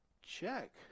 check